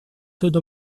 through